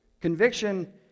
Conviction